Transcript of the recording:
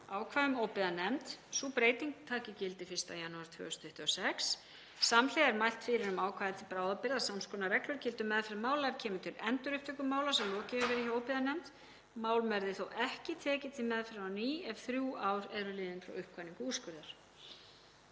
ákvæði um óbyggðanefnd. Sú breyting taki gildi 1. janúar 2026. Samhliða er mælt fyrir um ákvæði til bráðabirgða um að sams konar reglur gildi um meðferð mála ef kemur til endurupptöku mála sem lokið hefur verið hjá óbyggðanefnd. Mál verði þó ekki tekin til meðferðar á ný ef þrjú ár eru liðin frá uppkvaðningu úrskurðar.